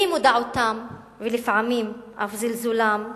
אי-מודעותם, ולפעמים אף זלזולם,